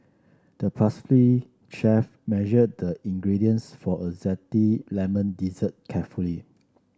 the pastry chef measured the ingredients for a zesty lemon dessert carefully